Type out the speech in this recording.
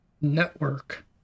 network